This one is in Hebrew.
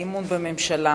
אמון בממשלה,